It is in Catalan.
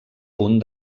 punt